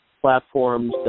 platforms